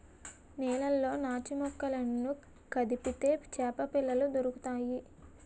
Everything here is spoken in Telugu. నీళ్లలో నాచుమొక్కలను కదిపితే చేపపిల్లలు దొరుకుతాయి